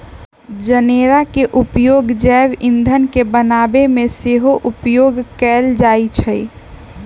जनेरा के उपयोग जैव ईंधन के बनाबे में सेहो उपयोग कएल जाइ छइ